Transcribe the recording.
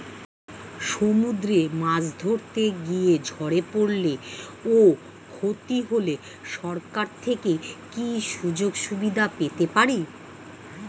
সমুদ্রে মাছ ধরতে গিয়ে ঝড়ে পরলে ও ক্ষতি হলে সরকার থেকে কি সুযোগ সুবিধা পেতে পারি?